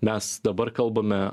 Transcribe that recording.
mes dabar kalbame